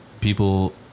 people